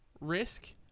risk